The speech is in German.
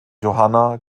johanna